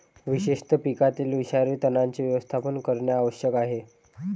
विशेषतः पिकातील विषारी तणांचे व्यवस्थापन करणे आवश्यक आहे